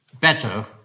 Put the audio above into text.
better